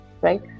right